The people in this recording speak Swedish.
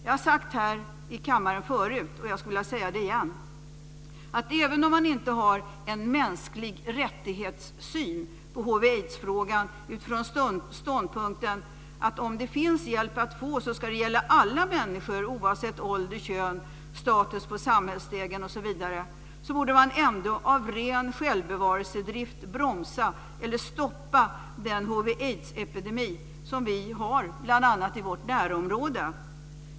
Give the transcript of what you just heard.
Jag har sagt det förut i kammaren och jag vill säga det igen: Även om man inte utgår från mänskliga rättigheter i synen på hiv aidsepidemi som vi har bl.a. i vårt närområde.